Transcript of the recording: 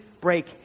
break